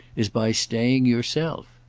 is by staying yourself.